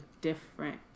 different